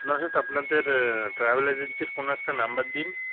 নচেৎ আপনাদের ট্রাভেল এজেন্সির কোনো একটা নাম্বার দিন